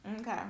Okay